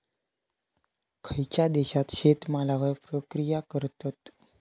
खयच्या देशात शेतमालावर प्रक्रिया करतत?